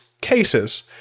cases